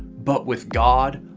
but with god,